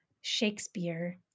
Shakespeare